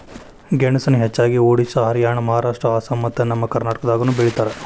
ಗೆಣಸನ ಹೆಚ್ಚಾಗಿ ಒಡಿಶಾ ಹರಿಯಾಣ ಮಹಾರಾಷ್ಟ್ರ ಅಸ್ಸಾಂ ಮತ್ತ ನಮ್ಮ ಕರ್ನಾಟಕದಾಗನು ಬೆಳಿತಾರ